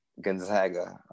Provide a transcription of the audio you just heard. Gonzaga